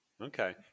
Okay